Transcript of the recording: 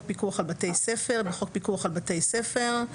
פיקוח על בתי ספר 3. בחוק פיקוח על בתי ספר,